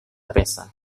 peça